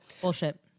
bullshit